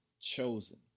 chosen